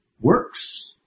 works